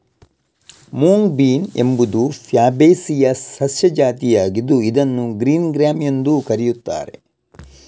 mung bean ಎಂಬುದು Fabaceae ಸಸ್ಯ ಜಾತಿಯಾಗಿದ್ದು ಇದನ್ನು ಗ್ರೀನ್ ಗ್ರ್ಯಾಮ್ ಎಂದೂ ಕರೆಯುತ್ತಾರೆ